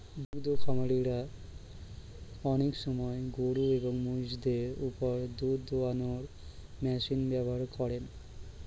দুদ্ধ খামারিরা অনেক সময় গরুএবং মহিষদের ওপর দুধ দোহানোর মেশিন ব্যবহার করেন